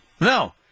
No